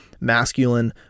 masculine